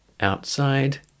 Outside